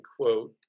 quote